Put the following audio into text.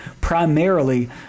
primarily